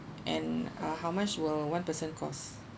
and uh how much will one person cost